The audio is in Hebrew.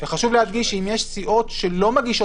חשוב להדגיש שאם יש סיעות שלא מגישות